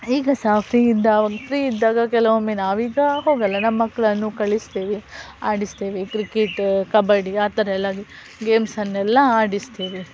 ಈಗ ಸಹ ಫ್ರೀಯಿಂದ ಫ್ರೀ ಇದ್ದಾಗ ಕೆಲವೊಮ್ಮೆ ನಾವೀಗ ಹೋಗಲ್ಲ ನಮ್ಮ ಮಕ್ಕಳನ್ನು ಕಳಿಸ್ತೇವೆ ಆಡಿಸ್ತೇವೆ ಕ್ರಿಕೆಟ್ ಕಬಡ್ಡಿ ಆ ಥರ ಎಲ್ಲ ಆಗಿ ಗೇಮ್ಸನ್ನೆಲ್ಲ ಆಡಿಸ್ತೇವೆ